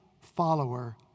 follower